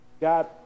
God